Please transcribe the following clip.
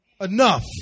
enough